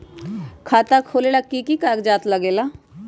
खाता खोलेला कि कि कागज़ात लगेला?